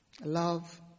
love